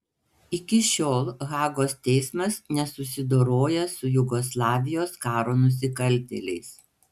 iki šiol hagos teismas nesusidoroja su jugoslavijos karo nusikaltėliais